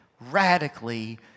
radically